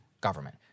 government